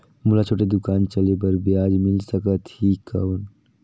मोला छोटे दुकान चले बर ब्याज मिल सकत ही कौन?